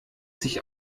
sich